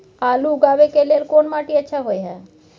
आलू उगाबै के लेल कोन माटी अच्छा होय है?